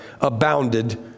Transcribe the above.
abounded